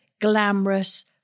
glamorous